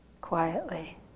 quietly